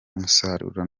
umusaruro